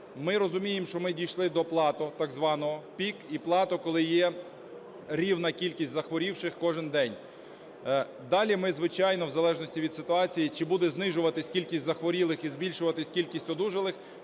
Ми зрозуміли, що ми дійшли до "плато" так званого, пік і плато, коли є рівна кількість захворівши кожен день. Далі ми, звичайно, в залежності від ситуації, чи буде знижуватися кількість захворілих і збільшуватися кількість одужалих,